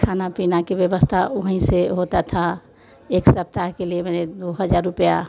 खाना पीना की व्यवस्था वहीं से होती थी एक सप्ताह के लिए मैंने दो हज़ार रुपये